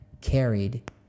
carried